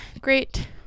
great